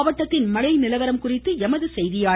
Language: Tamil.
மாவட்டத்தில் மழை நிலவரம் குறித்து எமது செய்தியாளர்